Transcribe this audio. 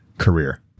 career